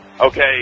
okay